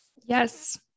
Yes